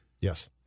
Yes